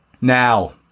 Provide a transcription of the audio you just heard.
Now